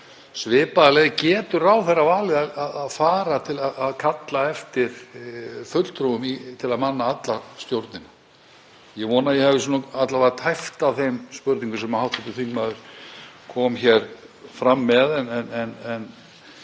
svipaða leið getur ráðherra valið að fara til að kalla eftir fulltrúum til að manna alla stjórnina. Ég vona að ég hafi alla vega tæpt á þeim spurningum sem hv. þingmaður kom hér fram með.